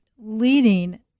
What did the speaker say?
leading